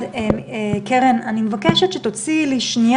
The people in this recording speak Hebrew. אני מבקשת שתוציאו לי רגע